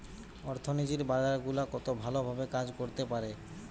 অর্থনীতির বাজার গুলা কত ভালো ভাবে কাজ করতে পারে